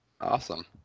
Awesome